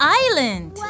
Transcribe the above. island